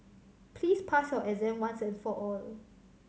please pass your exam once and for all